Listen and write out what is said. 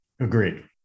Agreed